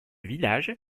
village